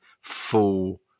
full